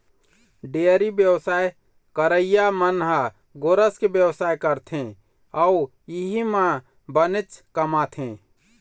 dairy बेवसाय करइया मन ह गोरस के बेवसाय करथे अउ इहीं म बनेच कमाथे